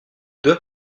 doit